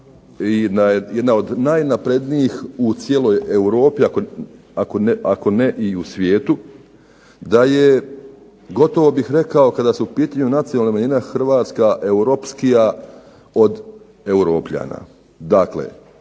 i jedna od najnaprednijih u cijeloj Europi ako ne i u svijetu. DA je gotovo bih rekao kada su u pitanju nacionalne manjine Hrvatska europskija od Europljana.